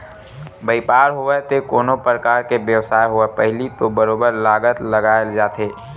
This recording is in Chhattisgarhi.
बइपार होवय ते कोनो परकार के बेवसाय होवय पहिली तो बरोबर लागत लगाए जाथे